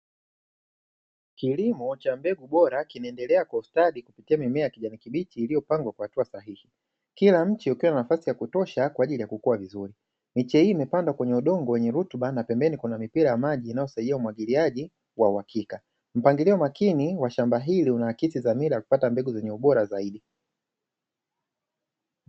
Kilimo cha mbegu bora kinaendelea kwa ustadi kupitia mimea ya kijani kibichi iliyopangwa kwa hatua sahihi, kila mche ukiwa na nafasi ya kutosha kwa ajili ya kukua vizuri. Miche hii imepandwa kwenye udongo wenye rutuba, na pembeni kuna mipira ya maji inayosaidia umwagiliaji wa uhakika. Mpangilio makini wa shamba hili unaakisi dhamira ya kupata mbegu zenye ubora zaidi.